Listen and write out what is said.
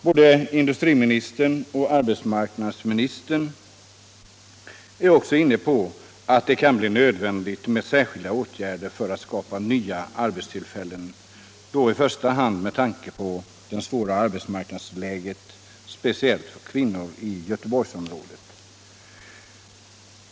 Både industriministern och arbetsmarknadsministern är inne på att det kan bli nödvändigt med särskilda åtgärder för att skapa nya arbetstillfällen — då i första hand med tanke på det svåra arbetsmarknadsläget, speciellt för kvinnor, i Göteborgsområdet.